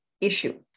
issue